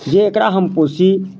जे एकरा हम पोसी